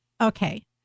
okay